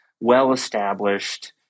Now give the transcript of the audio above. well-established